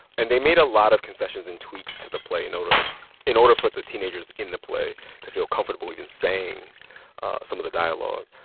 and they made a lot of concessions and tweaks to the play in order in order for the teenagers in the play to feel comfortable even saying some of the dialogue.